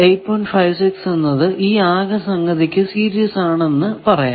56 എന്നത് ഈ ആകെ സംഗതിക്കു സീരീസ് ആണ് എന്ന് പറയാം